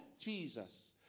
Jesus